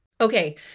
Okay